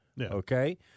okay